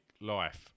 life